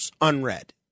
unread